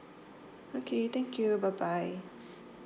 okay thank you bye bye